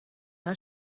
hij